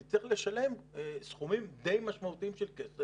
אתה צריך לשלם סכומים די משמעותיים של כסף.